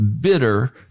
bitter